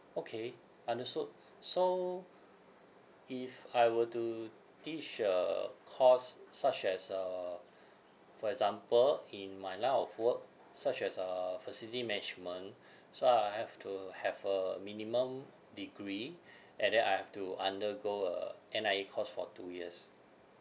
okay understood so if I were to teach a course such as uh for example in my line of work such as uh facility management so I'll have to have a minimum degree and then I have to undergo a N_I_E course for two years